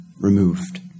removed